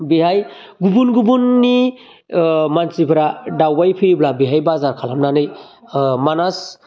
बेहाय गुबुन गुबुननि मानसिफ्रा दावबाय फैयोब्ला बेहाय बाजार खालामनानै मानास